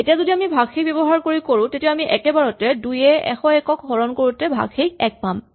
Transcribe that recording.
এতিয়া যদি আমি ভাগশেষ ব্যৱহাৰ কৰি কৰো তেতিয়া আমি একেবাৰতে ২ য়ে ১০১ ক হৰণ কৰি ভাগশেষ ১ পাম